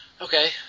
Okay